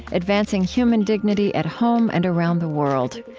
advancing human dignity at home and around the world.